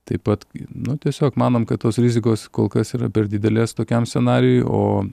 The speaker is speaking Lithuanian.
taip pat nu tiesiog manom kad tos rizikos kol kas yra per didelės tokiam scenarijui o